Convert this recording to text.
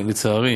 לצערי,